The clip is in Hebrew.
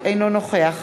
אינו נוכח